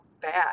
bad